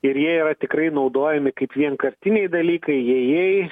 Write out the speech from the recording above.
ir jie yra tikrai naudojami kaip vienkartiniai dalykai įėjai